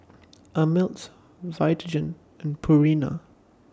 Ameltz Vitagen and Purina